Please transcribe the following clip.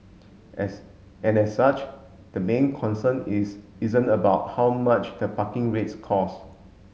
as and as such the main concern is isn't about how much the parking rates cost